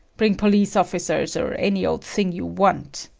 bring police officers or any old thing you want,